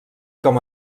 com